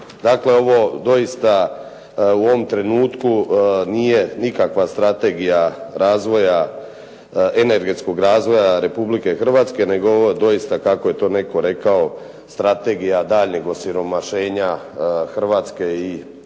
Dakle ovo doista u ovom trenutku nije nikakva strategija razvoja, energetskog razvoja Republike Hrvatske nego je ovo doista kako je to netko rekao strategija daljnjeg osiromašenja Hrvatske i državnog